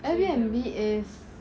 air b n b is